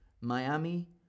Miami